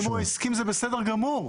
אם הוא הסכים, זה בסדר גמור.